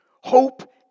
Hope